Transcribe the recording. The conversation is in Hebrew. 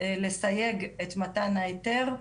לסייג את מתן ההיתר,